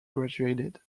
graduated